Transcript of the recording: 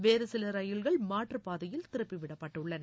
வேறு சில ரயில்கள் மாற்றுப்பாதையில் திருப்பி விடப்பட்டுள்ளன